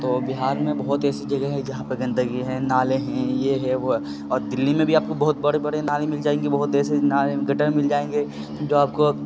تو بہار میں بہت ایسی جگہ ہے جہاں پہ گندگی ہے نالے ہیں یہ ہے وہ ہے اور دہلی میں بھی آپ کو بہت بڑے بڑے نالے مل جائیں گے بہت ایسے گٹر مل جائیں گے جو آپ کو